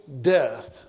death